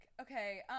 Okay